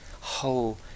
whole